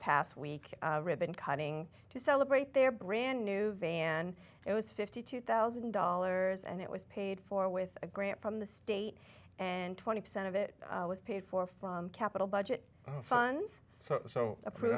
past week ribbon cutting to celebrate their brand new van it was fifty two thousand dollars and it was paid for with a grant from the state and twenty percent of it was paid for from capital budget funds so